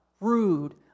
rude